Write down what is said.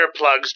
earplugs